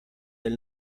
del